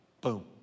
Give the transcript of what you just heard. Boom